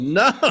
no